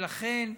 ולכן,